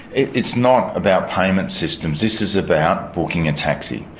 it's not about payment systems, this is about booking a taxi.